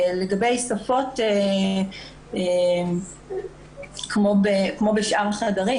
לגבי שפות, כמו בשאר החדרים